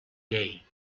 day